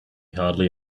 hardly